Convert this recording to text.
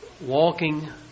walking